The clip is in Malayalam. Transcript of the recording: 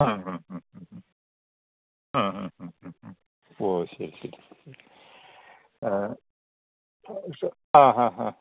ആ ഹ്ഹ ആ ഹ് ഹ് ഹ് ഓ ശരി ശരി ആ ഹഹ്